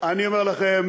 אני אומר לכם,